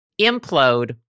implode